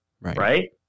right